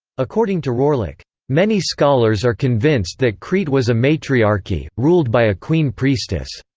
according to rohrlich, many scholars are convinced that crete was a matriarchy, ruled by a queen-priestess